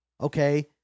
okay